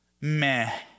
Meh